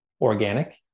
organic